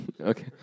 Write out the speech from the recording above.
okay